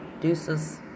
Deuces